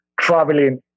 Traveling